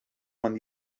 man